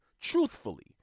truthfully